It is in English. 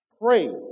pray